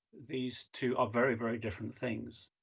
these two are very, very different things.